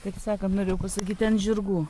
kaip sakant norėjau pasakyti ant žirgų